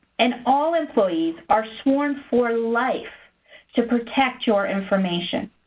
and all employees are sworn for life to protect your information.